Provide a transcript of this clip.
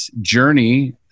journey